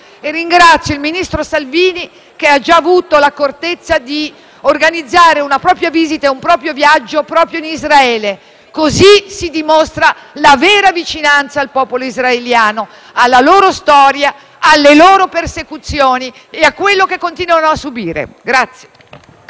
Ringrazio il ministro Salvini, che ha già avuto l'accortezza di organizzare una propria visita e un proprio viaggio proprio in Israele: così si dimostra la vera vicinanza al popolo israeliano, alla sua storia, alle sue persecuzioni e a quello che continua a subire.